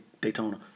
Daytona